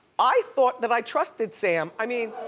i thought that i trusted sam. i mean,